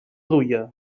duia